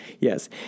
Yes